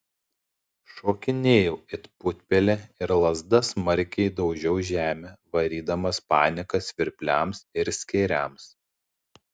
šokinėjau it putpelė ir lazda smarkiai daužiau žemę varydamas paniką svirpliams ir skėriams